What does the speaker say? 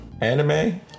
anime